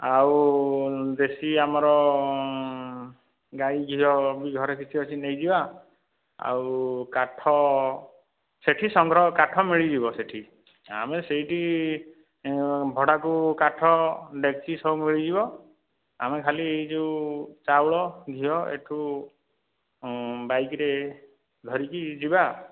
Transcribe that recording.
ଆଉ ଦେଶୀ ଆମର ଗାଈ ଘିଅ ଭି ଘରେ କିଛି ଅଛି ନେଇଯିବା ଆଉ କାଠ ସେହିଠି ସଂଗ୍ରହ କାଠ ମିଳିଯିବ ସେହିଠି ଆମେ ସେହିଠି ଭଡ଼ାକୁ କାଠ ଡେକ୍ଚି ସବୁ ମିଳିଯିବ ଆମେ ଖାଲି ଏହି ଯେଉଁ ଚାଉଳ ଘିଅ ଏହିଠୁ ବାଇକ ରେ ଧରିକି ଯିବା